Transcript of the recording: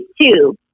two